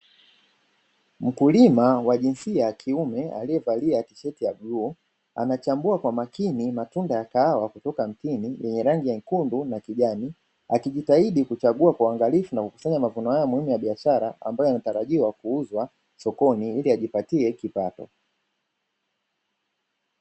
Mkulima wa jinsia ya kiume aliyevalia tisheti ya bluu anachambua kwa makini matunda ya kahawa kutoka mtini yenye rangi nyekundu na kijani, akijitahidi kuchagua kwa uangalifu na kukusanya mavuno haya muhimu ya biashara ambayo yanatarajiwa kuuzwa sokoni ili ajipatie kipato.